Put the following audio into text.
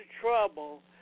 trouble